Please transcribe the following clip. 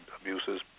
abuses